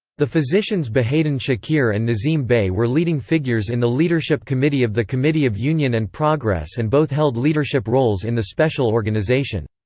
the physicians behaeddin shakir and nazim bey were leading figures in the leadership committee of the committee of union and progress and both held leadership roles in the special organization.